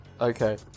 Okay